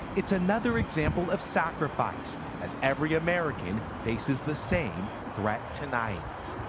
it's another example of sacrifice, as every american faces the same threat tonight.